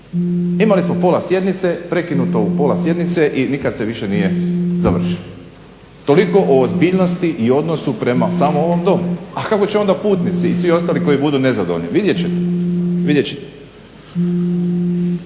Imali smo pola sjednice, prekinuto u pola sjednice i nikad se više nije završilo. Toliko o ozbiljnosti i odnosu prema samo ovom domu, a kako će onda putnici i svi oni koji budu nezadovoljni? Vidjet ćete, vidjet ćete.